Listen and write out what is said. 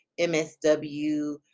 MSW